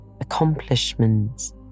accomplishments